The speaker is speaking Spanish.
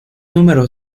número